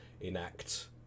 enact